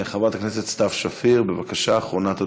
חברת הכנסת סתיו שפיר, בבקשה, אחרונת הדוברות.